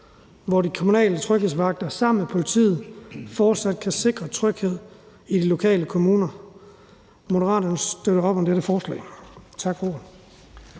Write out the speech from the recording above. hvor de kommunale tryghedsvagter sammen med politiet fortsat kan sikre tryghed i det lokale og kommuner. Moderaterne støtter op om dette forslag.